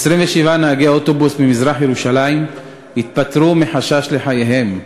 27 נהגי אוטובוס ממזרח-ירושלים התפטרו מחשש לחייהם.